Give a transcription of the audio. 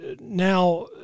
now